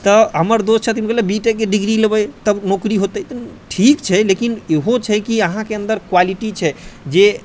तऽ हमर दोस्त छथिन हम कहलियै बी टेक के डिग्री लेबै तब नौकरी होतै तऽ ठीक छै लेकिन इहो छै कि अहाँके अन्दर क्वालिटी छै जे